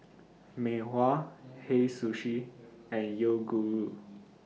Mei Hua Hei Sushi and Yoguru